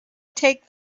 take